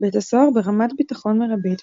בית הסוהר ברמת ביטחון מרבית,